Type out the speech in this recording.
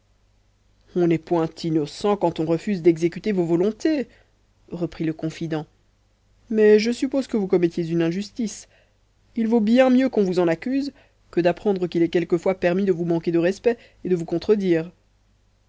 on n'est point innocent quand on refuse d'exécuter vos volontés reprit le confident mais je suppose que vous commettiez une injustice il vaut bien mieux qu'on vous en accuse que d'apprendre qu'il est quelquefois permis de vous manquer de respect et de vous contredire